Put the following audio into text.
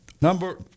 Number